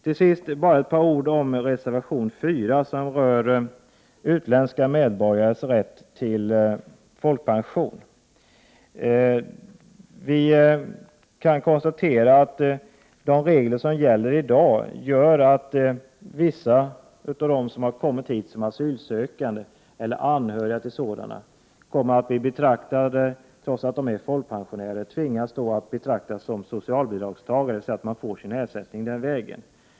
Till sist bara ett par ord om reservation 4, som rör utländska medborgares rätt till folkpension. Vi kan konstatera att de regler som i dag gäller gör att vissa av dem som kommit hit som asylsökande eller anhöriga till sådana kommer, trots att de är folkpensionärer, att betraktas som socialbidragstagare eftersom de får sin ersättning den vägen.